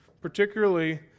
particularly